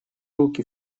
руки